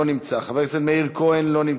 לא נמצא, חבר הכנסת מאיר כהן, לא נמצא,